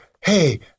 Hey